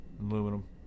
aluminum